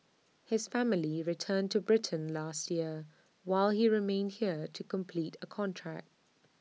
his family returned to Britain last year while he remained here to complete A contract